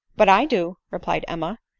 but i do, replied emma.